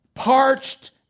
parched